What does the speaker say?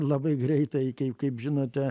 labai greitai kaip kaip žinote